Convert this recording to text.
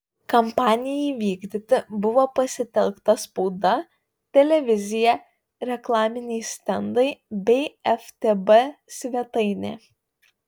kampanijai vykdyti buvo pasitelkta spauda televizija reklaminiai stendai bei ftb svetainė